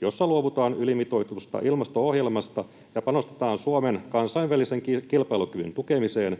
jossa luovutaan ylimitoitetusta ilmasto-ohjelmasta ja panostetaan Suomen kansainvälisen kilpailukyvyn tukemiseen,